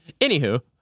anywho